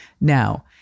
Now